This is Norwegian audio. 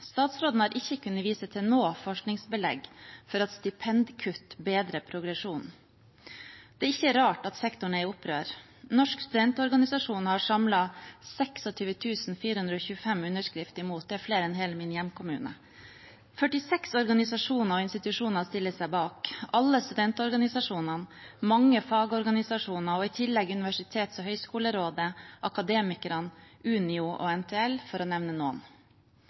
Statsråden har ikke kunnet vise til noe forskningsbelegg for at stipendkutt bedrer progresjonen. Det er ikke rart at sektoren er i opprør. Norsk studentorganisasjon har samlet 26 425 underskrifter imot – det er flere enn i hele min hjemkommune. 46 organisasjoner og institusjoner stiller seg bak – alle studentorganisasjonene, mange fagorganisasjoner og i tillegg Universitets- og høgskolerådet, Akademikerne, Unio og NTL, for å nevne noen.